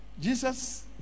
Jesus